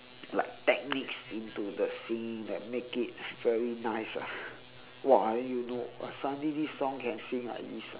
like techniques into the singing like make it very nice ah !whoa! and then you know suddenly this song can sing like this ah